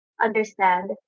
understand